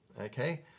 Okay